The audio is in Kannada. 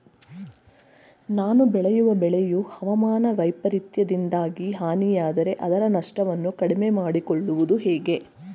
ನಾನು ಬೆಳೆಯುವ ಬೆಳೆಯು ಹವಾಮಾನ ವೈಫರಿತ್ಯದಿಂದಾಗಿ ಹಾನಿಯಾದರೆ ಅದರ ನಷ್ಟವನ್ನು ಕಡಿಮೆ ಮಾಡಿಕೊಳ್ಳುವುದು ಹೇಗೆ?